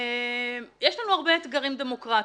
יש לנו הרבה אתגרים דמוקרטיים,